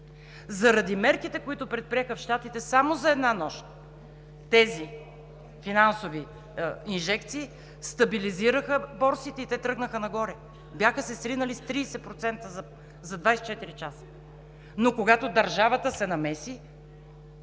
Заради мерките, които предприеха в Щатите само за една нощ, тези финансови инжекции стабилизираха борсите и те тръгнаха нагоре – бяха се сринали с 30% за 24 часа, но когато държавата се намеси,